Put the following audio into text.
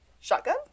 shotgun